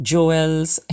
Joel's